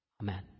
Amen